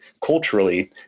culturally